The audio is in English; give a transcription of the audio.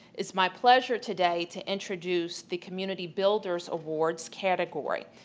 it's my pleasure today to introduce the community builders awards category.